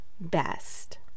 best